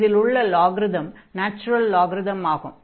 இதில் உள்ள logarithm natural logarithm ஆகும்